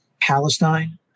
Palestine